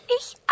Ich